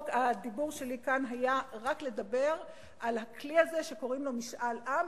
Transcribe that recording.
הדיבור שלי כאן היה רק על הכלי הזה שקוראים לו "משאל עם",